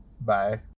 Bye